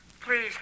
Please